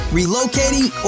relocating